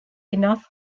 enough